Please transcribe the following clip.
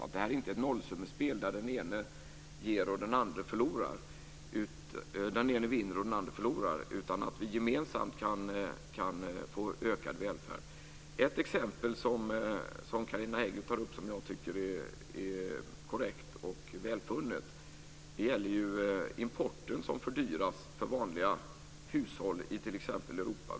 Detta är inte ett nollsummespel där den ena vinner och den andra förlorar, utan vi kan gemensamt få en ökad välfärd. Ett exempel som Carina Hägg tar upp som jag tycker är korrekt och välfunnet gäller importen som fördyrar för vanliga hushåll i t.ex. Europa.